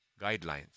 guidelines